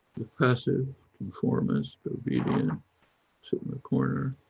the passive conformance being in so in the corner,